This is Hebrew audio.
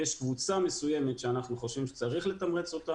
יש קבוצה מסוימת שאנחנו חושבים שצריך לתמרץ,